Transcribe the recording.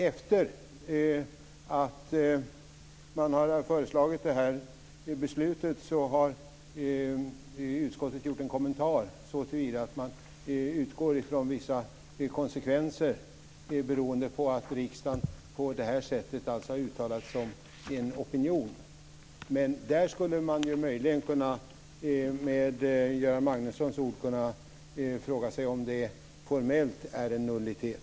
Efter förslaget gör utskottet också en kommentar såtillvida att man utgår från vissa konsekvenser, beroende på att riksdagen har uttalat sig om en opinion. Där skulle man möjligen med Göran Magnussons ord kunna fråga sig om det formellt är en nullitet.